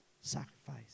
sacrifice